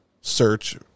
search